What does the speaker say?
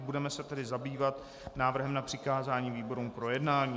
Budeme se tedy zabývat návrhem na přikázání výborům k projednání.